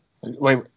Wait